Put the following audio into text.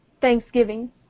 thanksgiving